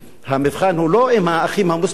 המבחן הוא לא אם "האחים המוסלמים" יעלו,